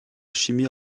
chimie